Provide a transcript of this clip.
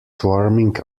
swarming